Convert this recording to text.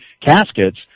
caskets